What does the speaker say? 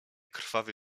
krwawy